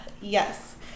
Yes